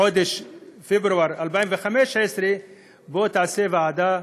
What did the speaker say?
בחודש פברואר 2015: בוא, תעשה ועדה,